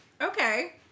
Okay